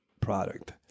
product